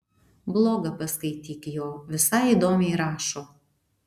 blogą paskaityk jo visai įdomiai rašo